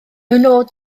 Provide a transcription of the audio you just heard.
nod